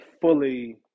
fully